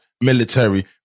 military